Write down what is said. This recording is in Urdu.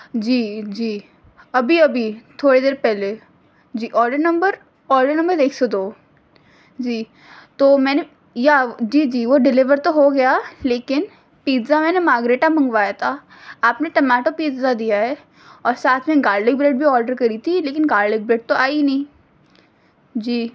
جی جی ابھی ابھی تھوڑی دیر پہلے جی آڈر نمبر آڈر نمبر ایک سو دو جی تو میں نے یا جی جی وہ ڈلیور تو ہو گیا لیکن پزا میں نے ماگریٹا منگوایا تھا آپ نے ٹماٹو پزا دیا ہے اور ساتھ میں گارلی بریڈ بھی آڈر کری تھی لیکن گارلی بریڈ تو آئی ہی نہیں جی